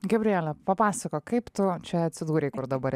gabriele papasakok kaip tu čia atsidūrei kur dabar